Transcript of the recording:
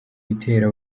bitero